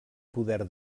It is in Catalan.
poder